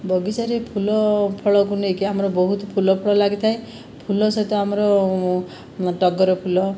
ବଗିଚାରେ ଫୁଲ ଫଳକୁ ନେଇକି ଆମର ବହୁତ ଫୁଲ ଫଳ ଲାଗିଥାଏ ଫୁଲ ସହିତ ଆମର ଟଗର ଫୁଲ